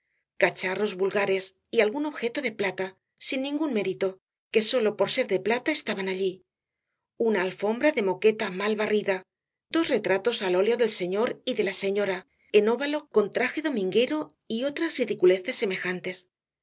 cacharros vulgares y algún objeto de plata sin ningún mérito que sólo por ser de plata estaba allí una alfombra de moqueta mal barrida dos retratos al óleo del señor y de la señora en óvalo con traje dominguero y otras ridiculeces semejantes